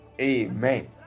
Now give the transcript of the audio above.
amen